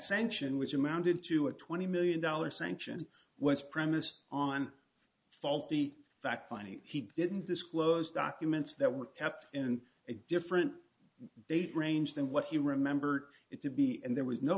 sanction which amounted to a twenty million dollars sanctions was premised on faulty fact finding he didn't disclose documents that were kept in a different date range than what he remembered it to be and there was no